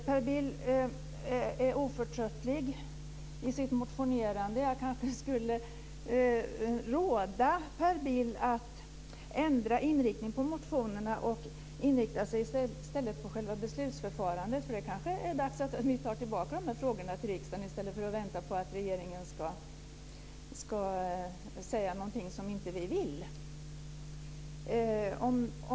Per Bill är oförtröttlig i sitt motionerande. Jag kanske skulle råda Per Bill att ändra inriktning på motionerna och i stället inrikta sig på själva beslutsförfarandet. Det kanske är dags att ta tillbaka frågorna till riksdagen i stället för att vänta på att regeringen ska säga någonting som vi inte vill.